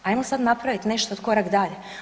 Ajmo sad napraviti nešto korak dalje.